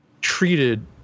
treated